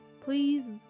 please